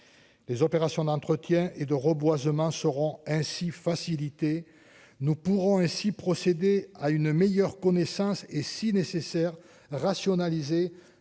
les opérations d'entretien et de reboisement seront ainsi facilité, nous pourrons ainsi procéder à une meilleure connaissance et, si nécessaire, rationaliser